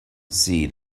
see